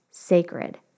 sacred